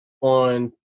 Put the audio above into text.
on